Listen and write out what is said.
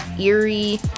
eerie